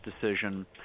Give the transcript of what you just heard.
decision